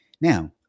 Now